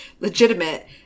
legitimate